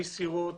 מסירות,